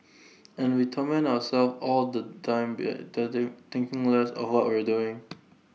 and we torment ourselves all the time by does the thinking less of what we're doing